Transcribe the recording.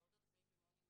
בדיון הקודם.